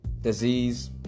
Disease